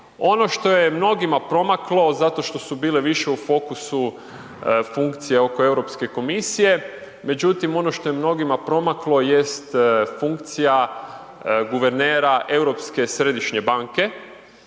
Ono što je mnogima promaklo, zato što su bili više u fokusu funkcije oko Europske komisije, međutim ono što je mnogima promaklo jest funkcija guvernera Europske središnje banke.